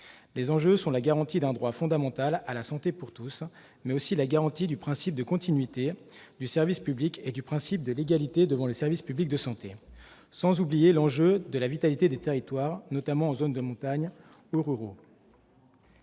Les enjeux sont la garantie d'un droit fondamental à la santé pour tous, mais aussi la garantie du principe de continuité du service public et du principe de l'égalité devant le service public de santé, sans oublier l'enjeu de la vitalité des territoires, notamment en zones de montagne ou rurales.